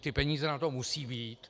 Ty peníze na to musí být.